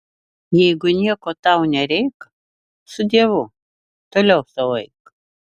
jeigu nieko tau nereik su dievu toliau sau eik